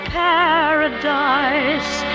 paradise